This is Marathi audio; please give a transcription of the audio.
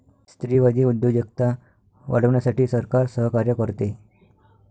स्त्रीवादी उद्योजकता वाढवण्यासाठी सरकार सहकार्य करते